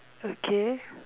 okay